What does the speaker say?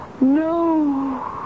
No